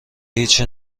هیچی